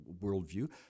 worldview